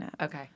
Okay